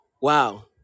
Wow